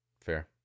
Fair